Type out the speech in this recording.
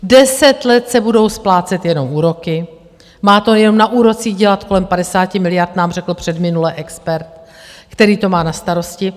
Deset let se budu splácet jenom úroky, má to jenom na úrocích dělat kolem 50 miliard, nám řekl předminule expert, který to má na starosti.